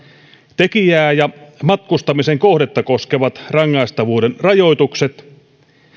tekijää ja matkustamisen kohdetta koskevat rangaistavuuden rajoitukset